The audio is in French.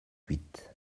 huit